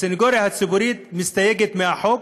הסנגוריה הציבורית, מסתייגת מהחוק.